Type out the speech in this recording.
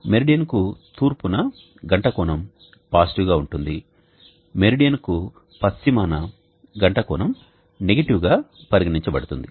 మెరిడియన్కు తూర్పున గంట కోణం పాజిటివ్ గా ఉంటుంది మెరిడియన్కు పశ్చిమాన గంట కోణం నెగెటివ్ గా పరిగణించబడుతుంది